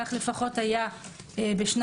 כך לפחות היה ב-2020.